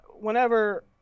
whenever